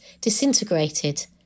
disintegrated